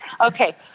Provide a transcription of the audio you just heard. okay